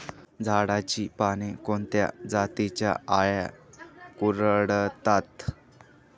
झाडाची पाने कोणत्या जातीच्या अळ्या कुरडतात?